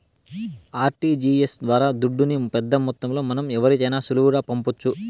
RTGS ద్వారా దుడ్డుని పెద్దమొత్తంలో మనం ఎవరికైనా సులువుగా పంపొచ్చు